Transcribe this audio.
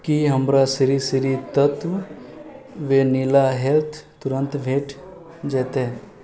की हमरा Shri Shri Tattva vanilla health तुरन्त भेट जेतै